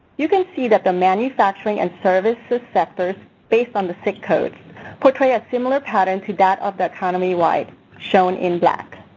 you can see that the manufacturing and service so sectors based on the sics codes portray a similar pattern to that of the economy wide shown in black.